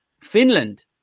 Finland